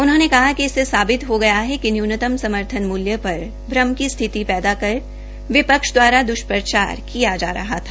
उन्होंने कहा कि इससे साबित हो गया है कि न्यूनतम समर्थन मूल्य पर भ्रम की स्थिति पैदा करना विपक्षियों का द्वष्प्रचार किया गया है